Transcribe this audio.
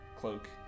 cloak